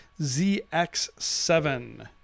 zx7